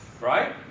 Right